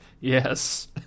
Yes